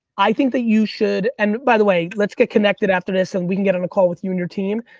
i think that you should, and by the way, let's get connected after this, and we can get on a call with you and your team,